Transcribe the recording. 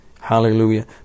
Hallelujah